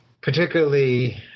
particularly